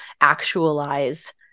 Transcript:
actualize